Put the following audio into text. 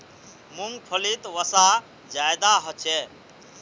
मूंग्फलीत वसा ज्यादा होचे